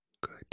good